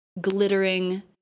glittering